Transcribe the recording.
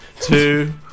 two